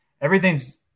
everything's